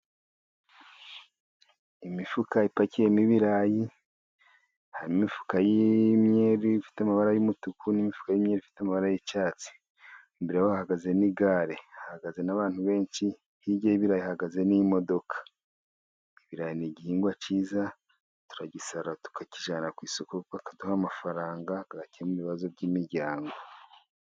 Imifuka ipakiyemo ibirayi. Hari imifuka y'imyeru ifite amabara y'umutuku, n'imifuka y'imyeru ifite amabara y'icyatsi. Imbere hahagaze n'igare, hahagaze n'abantu benshi. Hirya y'ibirayi hahagaze n'imodoka. ibirayi ni igihingwa cyiza, turagisarura tukakijyana ku isoko, bakaduha amafaranga agakemura ibibazo by'imiryango.